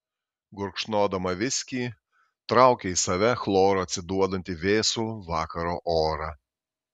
gurkšnodama viskį traukė į save chloru atsiduodantį vėsų vakaro orą